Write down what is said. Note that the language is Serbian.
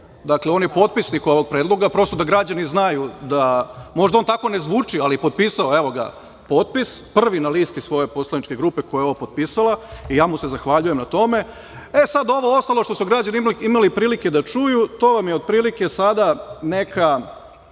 on je potpisnik ovog Predloga, prosto da građani znaju da možda on tako ne zvuči, ali potpisao je, evo ga potpis, prvi na listi svoje poslaničke grupe koja je ovo potpisala i ja mu se zahvaljujem na tome. Sad, ovo ostalo što su građani imali prilike da čuju, to vam je otprilike sada neka